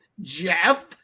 Jeff